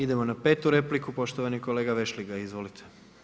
Idemo na petu repliku, poštovani kolega Vešligaj, izvolite.